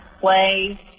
play